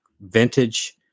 vintage